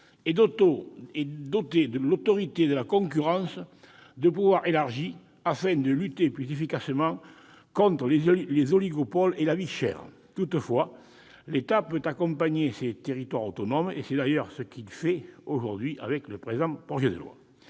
et doté l'autorité de la concurrence de pouvoirs élargis, afin de lutter plus efficacement contre les oligopoles et la vie chère. C'est vrai ! Toutefois, l'État peut accompagner ces territoires autonomes, et c'est d'ailleurs ce qu'il fait aujourd'hui par le biais du présent projet de loi.